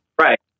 Right